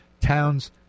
towns